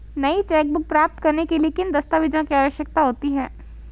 नई चेकबुक प्राप्त करने के लिए किन दस्तावेज़ों की आवश्यकता होती है?